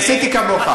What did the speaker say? עשיתי כמוך,